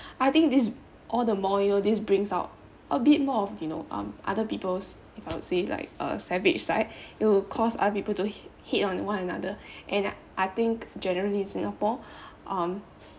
I think this all the more you know this brings out a bit more of you know um other people's if I would say like uh savage side it will cost other people to hate on one another and I think generally in singapore um